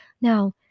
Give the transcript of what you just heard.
Now